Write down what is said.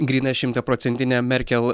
gryna šimtaprocentine merkel